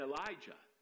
Elijah